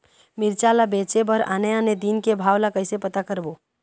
मिरचा ला बेचे बर आने आने दिन के भाव ला कइसे पता करबो?